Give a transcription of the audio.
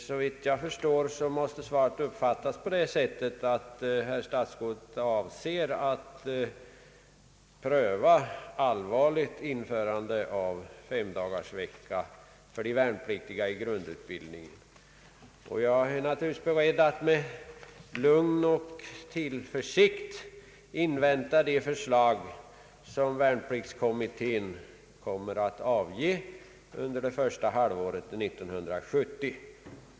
Såvitt jag förstår måste svaret uppfattas på det sättet, att herr statsrådet avser att allvarligt pröva införandet av femdagarsvecka för de värnplik tiga i grundutbildningen. Jag är naturligtvis beredd att med lugn och tillförsikt invänta de förslag som värnpliktskommittén kommer att avge under första halvåret 1970.